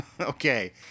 Okay